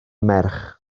merch